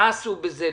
מה עשו בזה?